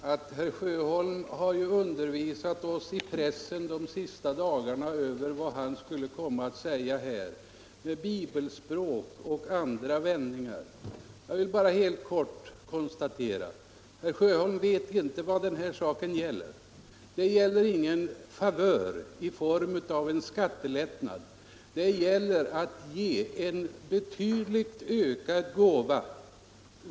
Fru talman! Herr Sjöholm har de senaste dagarna med bibelspråk och andra vändningar undervisat oss i pressen om vad han skulle komma att säga här. Jag vill bara helt kort konstatera att herr Sjöholm inte vet vad den här saken gäller. Det gäller ingen favör i form av skattelättnad. Det gäller att kunna ge en betydligt ökad gåva.